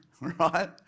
right